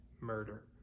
murder